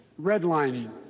Redlining